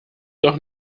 doch